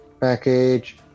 package